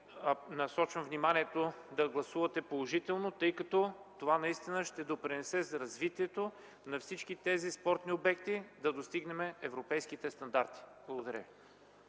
Насочвам вниманието ви да гласувате положително, тъй като това наистина ще допринесе за развитието на всички тези спортни обекти, да достигнем европейските стандарти. Благодаря.